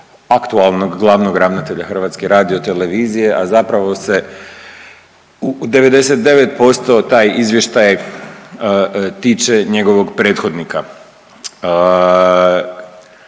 aktualnog glavnog ravnatelja HRT-a, a zapravo se 99% taj izvještaj tiče njegovog prethodnika